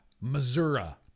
Missouri